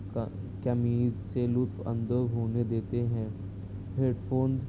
تمیز سے لطف اندوز ہونے دیتے ہیں ہیڈ فون